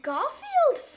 Garfield